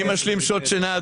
אני משלים שעות שינה,